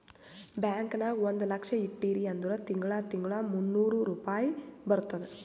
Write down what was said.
bank ನಾಗ್ ಒಂದ್ ಲಕ್ಷ ಇಟ್ಟಿರಿ ಅಂದುರ್ ತಿಂಗಳಾ ತಿಂಗಳಾ ಮೂನ್ನೂರ್ ರುಪಾಯಿ ಬರ್ತುದ್